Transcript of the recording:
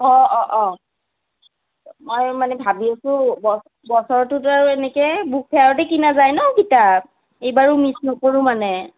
অঁ অঁ অঁ মই মানে ভাবি আছোঁ ব বছৰটোত আৰু এনেকৈ বুক ফেয়াৰতে কিনা যায় ন' কিতাপ এইবাৰো মিচ নকৰোঁ মানে